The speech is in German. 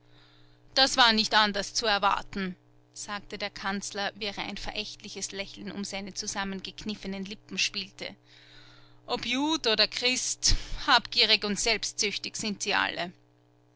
das war nicht anders zu erwarten sagte der kanzler während ein verächtliches lächeln um seine zusammengekniffenen lippen spielte ob jud oder christ habgierig und selbstsüchtig sind sie alle